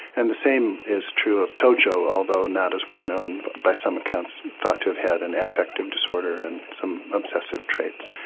and the same is true of tojo, although not as well known by some accounts, was thought to have had an affective disorder and some obsessive traits.